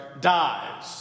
dies